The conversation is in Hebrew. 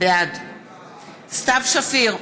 בעד סתיו שפיר,